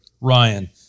Ryan